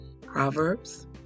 Proverbs